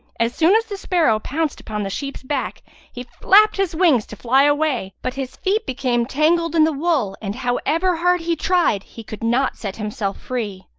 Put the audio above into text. as soon as the sparrow pounced upon the sheep's back he flapped his wings to fly away, but his feet became tangled in the wool and, however hard he tried, he could not set himself free.